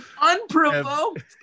unprovoked